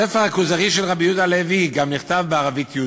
גם "ספר הכוזרי" של רבי יהודה הלוי נכתב בערבית-יהודית,